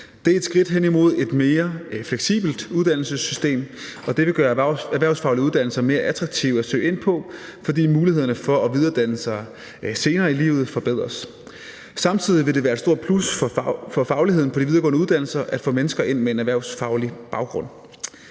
Det er et skridt hen imod et mere fleksibelt uddannelsessystem, og det vil gøre erhvervsfaglige uddannelser mere attraktive at søge ind på, fordi mulighederne for at videreuddanne sig senere i livet forbedres. Samtidig vil det være et stort plus for fagligheden på de videregående uddannelser at få mennesker ind med en erhvervsfaglig baggrund.